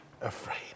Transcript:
afraid